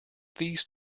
these